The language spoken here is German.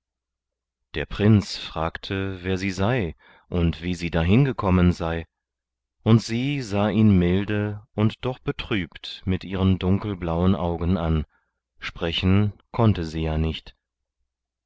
der prinz fragte wer sie sei und wie sie dahin gekommen sei und sie sah ihn milde und doch betrübt mit ihren dunkelblauen augen an sprechen konnte sie ja nicht